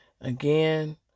Again